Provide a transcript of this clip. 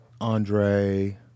Andre